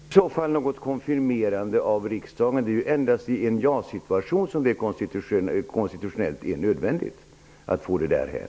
Fru talman! Det behövs i så fall inte något konfirmerande av riksdagen. Det är endast i en jasituation som det konstitutionellt är nödvändigt att få frågan därhän.